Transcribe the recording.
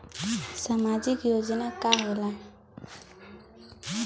सामाजिक योजना का होला?